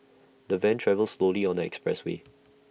the van travelled slowly on the expressway